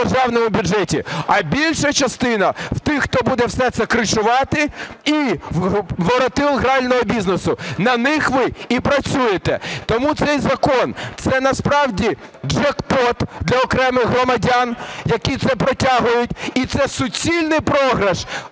державному бюджеті, а більша частина в тих, хто буде все це кришувати, і воротил грального бізнесу. На них ви і працюєте. Тому цей закон – це насправді джекпот для окремих громадян, які це протягують, і це суцільний програш,